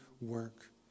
work